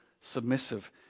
submissive